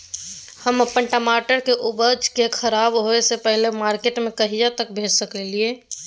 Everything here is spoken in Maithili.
हम अपन टमाटर के उपज के खराब होय से पहिले मार्केट में कहिया तक भेज सकलिए?